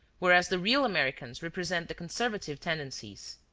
whereas the real americans represent the conservative tendencies.